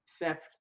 theft